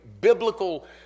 biblical